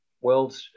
world